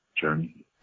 journey